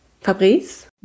Fabrice